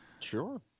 Sure